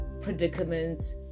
predicaments